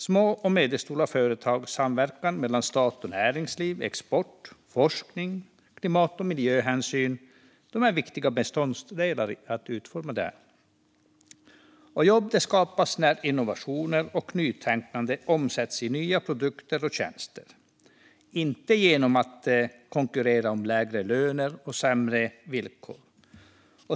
Små och medelstora företag, samverkan mellan stat och näringsliv, export, forskning, klimat och miljöhänsyn är viktiga beståndsdelar i utformningen av detta. Jobb skapas när innovationer och nytänkande omsätts i nya produkter och tjänster, inte genom att man konkurrerar med lägre löner och sämre villkor.